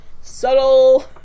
subtle